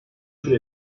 tür